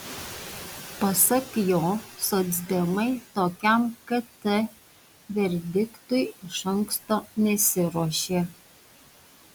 pasak jo socdemai tokiam kt verdiktui iš anksto nesiruošė